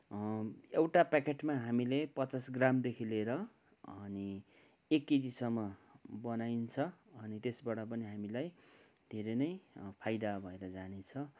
एउटा प्याकेटमा हामीले पचास ग्रामदेखि लिएर अनि एक केजीसम्म बनाइन्छ अनि त्यसबाट पनि हामीलाई धेरै नै फाइदा भएर जानेछ